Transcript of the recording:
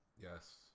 Yes